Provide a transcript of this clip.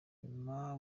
nyuma